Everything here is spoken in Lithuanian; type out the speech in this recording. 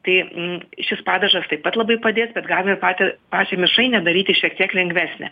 tai m šis padažas taip pat labai padės bet galima ir patį pačią mišrainę daryti šiek tiek lengvesnę